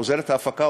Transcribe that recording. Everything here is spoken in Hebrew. עוזרת ההפקה,